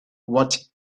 what